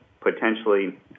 potentially